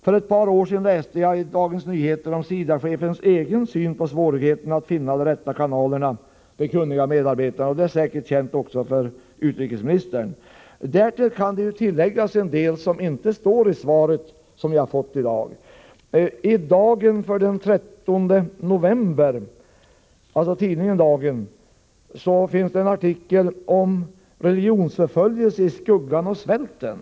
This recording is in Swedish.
För ett par år sedan läste jag i Dagens Nyheter om SIDA-chefens egen syn på svårigheterna att finna de rätta kanalerna, de kunniga medarbetarna. Detta är säkert känt också för utrikesministern. Därtill kan läggas en del som inte står i det svar som jag har fått i dag. I tidningen Dagen den 13 november finns det en artikel om ”Religionsförföljelse i skuggan av svälten”.